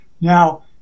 Now